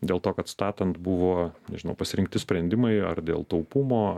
dėl to kad statant buvo nežinau pasirinkti sprendimai ar dėl taupumo